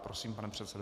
Prosím, pane předsedo.